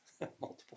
Multiple